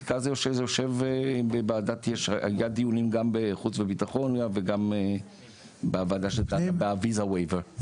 בוועדת דיונים חוץ וביטחון, וגם ב-visa waver.